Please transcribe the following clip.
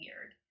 weird